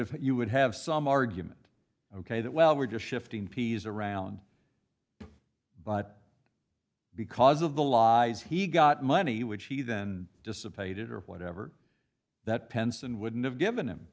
have you would have some argument ok that well we're just shifting peas around but because of the lies he got money which he then dissipated or whatever that pence and wouldn't have given